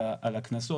על הקנסות,